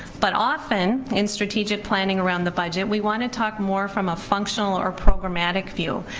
but often, in strategic planning around the budget, we wanna talk more from a functional or programmatic view,